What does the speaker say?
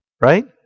Right